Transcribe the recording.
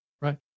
Right